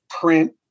print